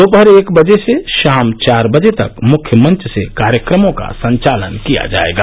दोपहर एक बजे से शाम चार बजे तक मुख्य मंच से कार्यक्रमों का संचालन किया जाएगा